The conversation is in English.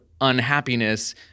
unhappiness